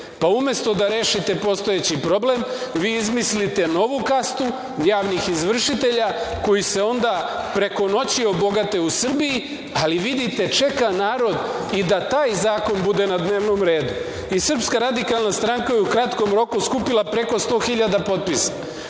pa umesto da rešite postojeći problem, vi izmislite novu kastu javnih izvršitelja, koji se onda preko noći obogate u Srbiji. Ali, vidite, čeka narod i da taj zakon bude na dnevnom redu. Srpska radikalna stranka je u kratkom roku skupila preko 100 hiljada potpisa i